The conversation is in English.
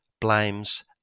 blames